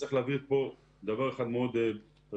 צריך להבהיר כאן דבר אחד מאוד חשוב.